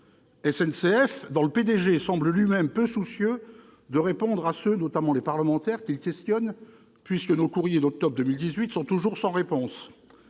P-DG de la SNCF semble lui-même peu soucieux de répondre à ceux, notamment les parlementaires, qui le questionnent, nos courriers d'octobre 2018 étant toujours sans réponse.